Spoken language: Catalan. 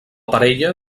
parella